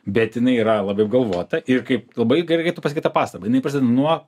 bet jinai yra labai apgalvota ir kaip labai galėtų pasakyt tą pastabą jinai prasideda nuo